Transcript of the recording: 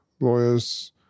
lawyers